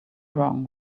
wrong